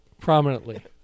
prominently